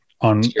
on